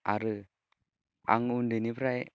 आरो आं उन्दैनिफ्राइ